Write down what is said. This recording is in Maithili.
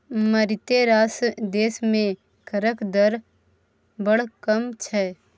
मारिते रास देश मे करक दर बड़ कम छै